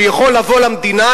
שיכול לבוא למדינה,